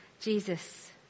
Jesus